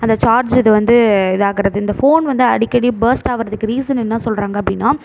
அந்த சார்ஜ் இது வந்து இதாகிறது இந்த ஃபோன் வந்து அடிக்கடி பர்ஸ்ட் ஆகிறதுக்கு ரீசன் என்ன சொல்கிறாங்க அப்படினா